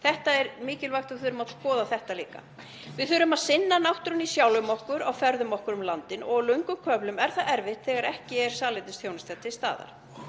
Þetta er mikilvægt og við þurfum að skoða þetta líka. Við þurfum að sinna náttúrunni í sjálfum okkur á ferðum okkar um landið og á löngum köflum er það erfitt þegar ekki er salernisþjónusta til staðar.